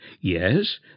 Yes